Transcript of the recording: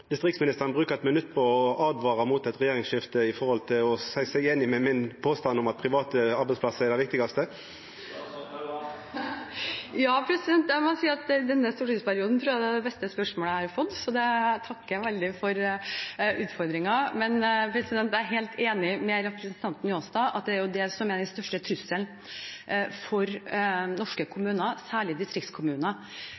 distriktsministeren bruka eitt minutt på å åtvara mot eit regjeringsskifte ved å seia seg einig i påstanden min om at private arbeidsplassar er det viktigaste? Ja. Jeg må si at i denne stortingsperioden tror jeg det er det beste spørsmålet jeg har fått, så jeg takker veldig for utfordringen. Jeg er helt enig med representanten Njåstad i at det er det som er den største trusselen for norske